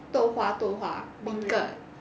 豆花豆花 beancurd